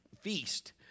feast